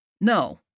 No